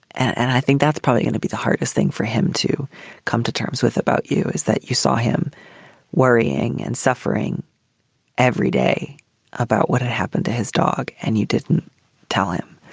and i think that's probably gonna be the hardest thing for him to come to terms with about you is that you saw him worrying and suffering every day about what had happened to his dog and you didn't tell him.